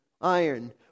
iron